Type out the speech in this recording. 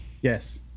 Yes